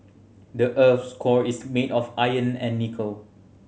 the earth's core is made of iron and nickel